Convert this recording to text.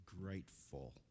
grateful